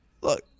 look